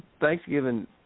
Thanksgiving